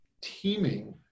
teeming